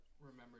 remember